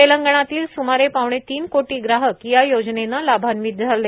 तेलंगणातील सुमारे पावणेतीन कोटी ग्राहक या योजनेमुळे लाभान्वित झाले